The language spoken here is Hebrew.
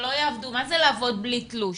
מה זה לעבוד בלי תלוש?